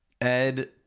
ed